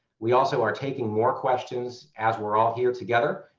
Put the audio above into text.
we also are taking more questions as we're all here together.